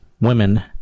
women